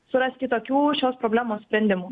suras kitokių šios problemos sprendimų